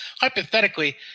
Hypothetically